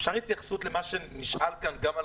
אפשר התייחסות למה שנשאל כאן גם על